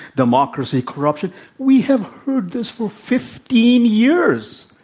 democracy, corruption we have heard this for fifteen years.